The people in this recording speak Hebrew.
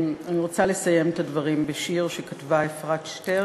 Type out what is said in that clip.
אני רוצה לסיים את הדברים בשיר שכתבה אפרת שטרן,